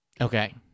Okay